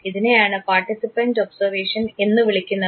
ഇതിനെയാണ് participant observation എന്ന് വിളിക്കുന്നത്